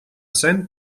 zen